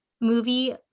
movie